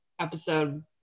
Episode